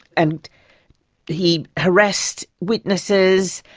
and he harassed witnesses.